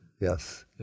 Yes